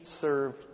served